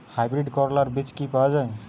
Hybrid করলার বীজ কি পাওয়া যায়?